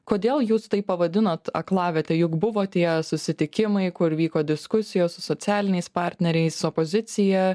kodėl jūs tai pavadinot aklaviete juk buvo tie susitikimai kur vyko diskusijos su socialiniais partneriais opozicija